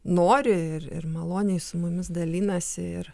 nori ir ir maloniai su mumis dalinasi ir